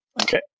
Okay